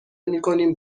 میکنیم